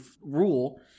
rule